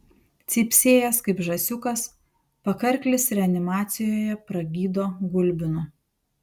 cypsėjęs kaip žąsiukas pakarklis reanimacijoje pragydo gulbinu